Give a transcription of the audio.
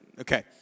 Okay